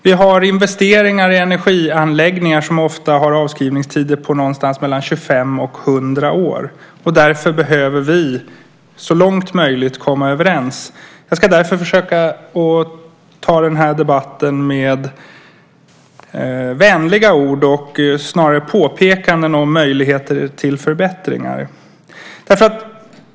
Vi har investeringar i energianläggningar som ofta har avskrivningstider på mellan 25 och 100 år. Därför behöver vi så långt möjligt komma överens. Jag ska därför försöka debattera med vänliga ord och snarare göra påpekanden om möjligheter till förbättringar.